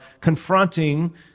confronting